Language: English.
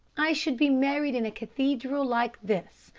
i should be married in a cathedral like this,